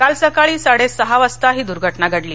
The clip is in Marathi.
काल सकाळी साडेसहा वाजता ही दुर्घटना घडली